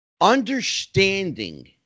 understanding